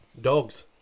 dogs